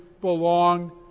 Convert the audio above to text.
belong